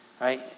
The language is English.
Right